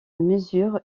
mesure